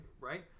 Right